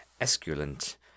Esculent